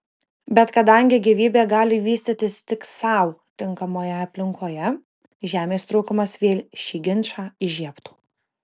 bet kadangi gyvybė gali vystytis tik sau tinkamoje aplinkoje žemės trūkumas vėl šį ginčą įžiebtų